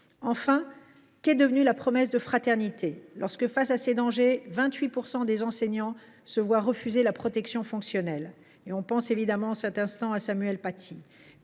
Enfin, qu’est devenue la promesse de fraternité lorsque, face à ces dangers, 28 % des enseignants se voient refuser la protection fonctionnelle ? On pense évidemment, à cet instant, à Samuel Paty.